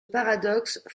paradoxe